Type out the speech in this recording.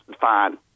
fine